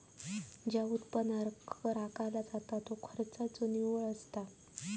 ज्या उत्पन्नावर कर आकारला जाता त्यो खर्चाचा निव्वळ असता